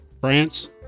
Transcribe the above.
France